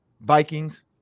Vikings